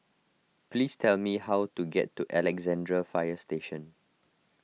please tell me how to get to Alexandra Fire Station